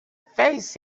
face